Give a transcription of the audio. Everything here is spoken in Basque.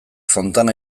fontana